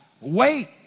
Wait